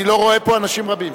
אני לא רואה פה אנשים רבים.